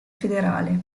federale